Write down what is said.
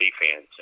defense